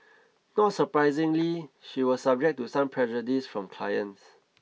not surprisingly she was subject to some prejudice from clients